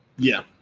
yeah.